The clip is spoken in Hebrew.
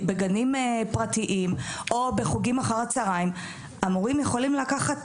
בגנים פרטיים או בחוגים אחר הצהריים המורים יכולים לקחת,